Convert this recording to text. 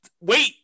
wait